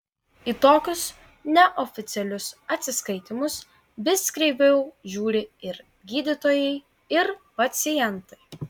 į tokius neoficialius atsiskaitymus vis kreiviau žiūri ir gydytojai ir pacientai